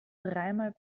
dreimal